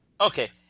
Okay